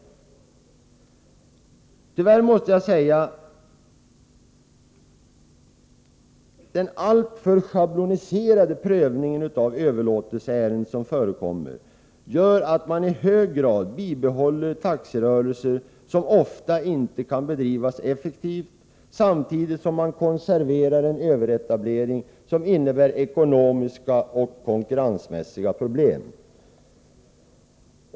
Den — tyvärr måste jag säga — alltför schabloniserade prövning av överlåtelseärenden som förekommer gör att man i hög grad bibehåller taxirörelser som inte kan bedrivas effektivt, samtidigt som man konserverar en överetablering som innebär ekonomiska och konkurrensmässiga problem.